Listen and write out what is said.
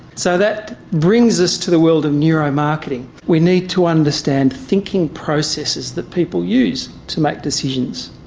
so that brings us to the world of neuromarketing, we need to understand thinking processes that people use to make decisions.